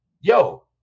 yo